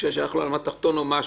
ששייך לעולם התחתון.